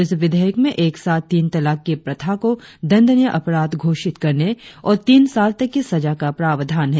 इस विधेयक में एक साथ तीन तलाक की प्रथा को दंडनीय अपराध घोषित करने और तीन साल तक की सजा का प्रावधान है